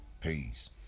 Peace